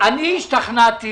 אני השתכנעתי